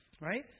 right